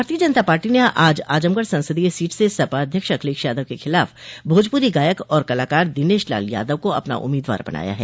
भारतीय जनता पार्टी ने आज आजमगढ संसदीय सीट से सपा अध्यक्ष अखिलेश यादव के खिलाफ भोजप्री गायक और कलाकार दिनेश लाल यादव को अपना उम्मीदवार बनाया है